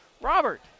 Robert